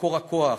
מקור הכוח.